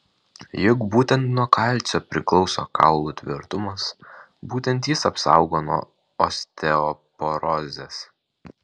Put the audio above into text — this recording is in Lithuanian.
juk būtent nuo kalcio priklauso kaulų tvirtumas būtent jis apsaugo nuo osteoporozės